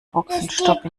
boxenstopp